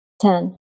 Ten